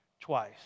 Twice